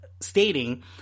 stating